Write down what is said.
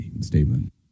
statement